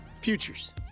futures